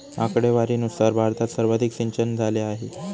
आकडेवारीनुसार भारतात सर्वाधिक सिंचनझाले आहे